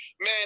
man